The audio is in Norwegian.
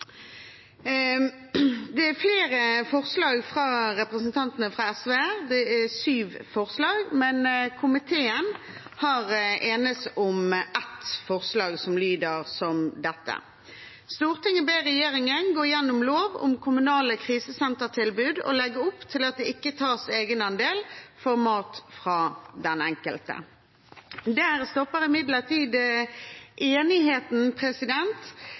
Det er flere forslag fra representantene fra SV, det er syv forslag, men komiteen har entes om ett forslag, som lyder: «Stortinget ber regjeringen gå gjennom lov om kommunale krisesentertilbud og legge opp til at det ikke tas egenandel for mat fra den enkelte.» Der stopper imidlertid enigheten.